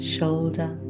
Shoulder